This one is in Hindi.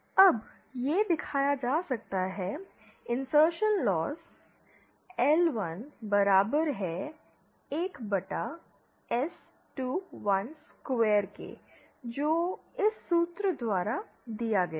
अब यह दिखाया जा सकता है इंसर्शनल लॉस LI बराबर है 1 S21 सकेयर के जो इस सूत्र द्वारा दिया गया है